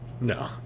No